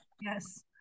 Yes